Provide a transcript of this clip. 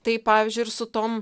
tai pavyzdžiui ir su tom